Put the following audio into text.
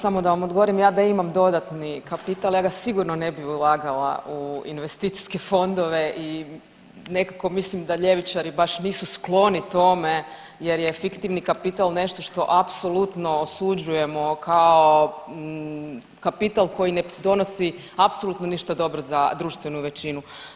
Da, samo da vam odgovorim, ja da imam dodatni kapital ja ga sigurno ne bi ulagala u investicijske fondove i nekako mislim da ljevičari baš nisu skloni tome jer je fiktivni kapital nešto što apsolutno osuđujemo kao kapital koji ne donosi apsolutno ništa dobro za društvenu većinu.